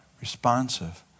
responsive